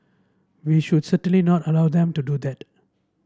we should certainly not allow them to do that